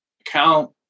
account